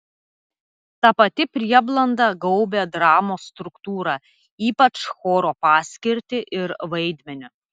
ta pati prieblanda gaubė dramos struktūrą ypač choro paskirtį ir vaidmenį